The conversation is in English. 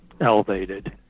elevated